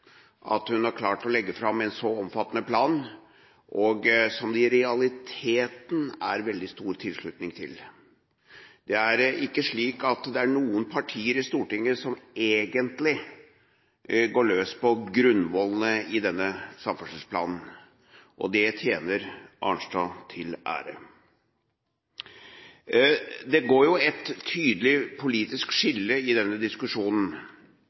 at hun har klart å legge fram en så omfattende plan, og som det i realiteten er veldig stor tilslutning til. Det er ikke noen partier i Stortinget som egentlig går løs på grunnvollene i denne samferdselsplanen. Det tjener Arnstad til ære. Det går i denne diskusjonen et tydelig politisk skille i